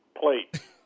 plate